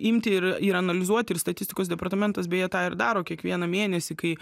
imti ir ir analizuoti ir statistikos departamentas beje tą ir daro kiekvieną mėnesį kai